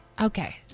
Okay